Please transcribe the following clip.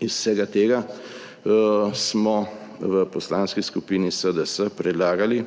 iz vsega tega smo v Poslanski skupini SDS predlagali,